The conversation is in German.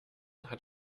hat